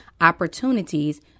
opportunities